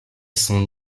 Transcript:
son